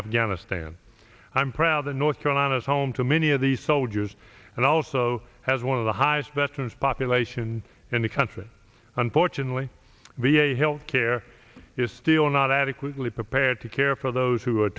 afghanistan i'm proud the north carolina is home to many of these soldiers and also has one of the highest veterans population in the country unfortunately v a health care is still not adequately prepared to care for those who are